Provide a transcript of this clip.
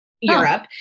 Europe